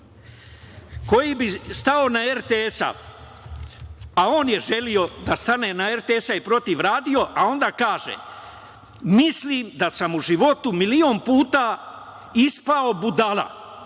koji bi stao na RTS, a on je želeo da stane na RTS i protiv radio, a onda kaže – mislim da sam u životu milion puta ispao budala